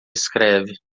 escreve